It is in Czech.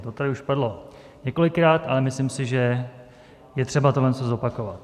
To tady už padlo několikrát, ale myslím si, že je třeba tohle zopakovat.